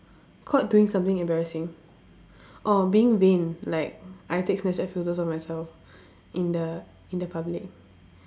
caught doing something embarrassing orh being vain like I take Snapchat photos of myself in the in the public